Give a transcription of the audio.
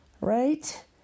Right